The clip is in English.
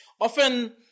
Often